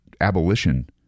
abolition